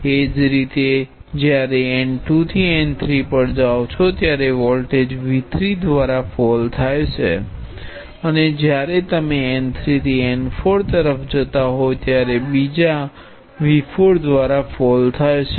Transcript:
એ જ રીતે જ્યારે તમે n 2 થી n 3 પર જાઓ છો ત્યારે વોલ્ટેજ V3 દ્વારા ફોલ થાય છે અને જ્યારે તમે n3 થી n4 તરફ જતા હો ત્યારે બીજા V4 દ્વારા ફોલ થાય છે